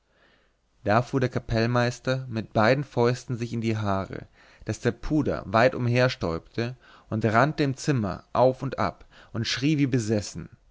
da fuhr der kapellmeister mit beiden fäusten sich in die haare daß der puder weit umherstäubte und rannte im zimmer auf und ab und schrie wie besessen